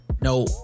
no